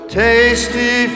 tasty